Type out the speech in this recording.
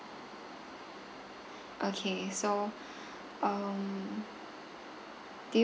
okay so um do